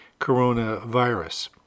coronavirus